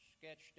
sketched